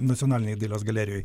nacionalinėj dailės galerijoj